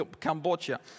Cambodia